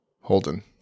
Holden